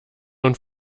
und